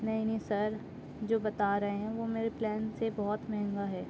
نہیں نہیں سر جو بتا رہے ہیں وہ میرے پلان سے بہت مہنگا ہے